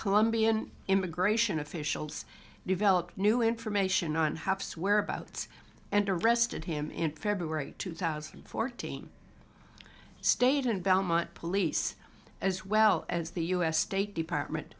colombian immigration officials developed new information on haps whereabouts and arrested him in february two thousand and fourteen state and belmont police as well as the u s state department